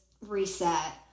reset